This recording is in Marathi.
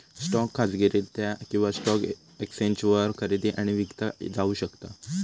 स्टॉक खाजगीरित्या किंवा स्टॉक एक्सचेंजवर खरेदी आणि विकला जाऊ शकता